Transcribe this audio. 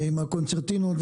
עם הקונצרטינות,